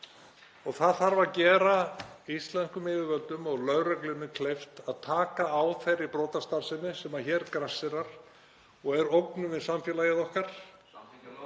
Það þarf að gera íslenskum yfirvöldum og lögreglunni kleift að taka á þeirri brotastarfsemi sem hér grasserar og er ógn við samfélagið okkar.